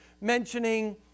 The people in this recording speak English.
mentioning